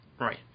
Right